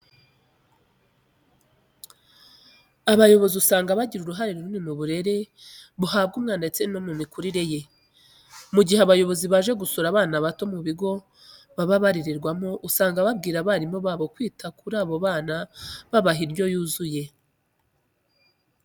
Abayobozi usanga bagira uruhare runini mu burere buhabwa umwana ndetse no mu mikurire ye. Mu gihe abayobozi baje gusura abana bato mu bigo baba barererwamo, usanga babwira abarimu babo kwita kuri abo bana babaha indyo yuzuye.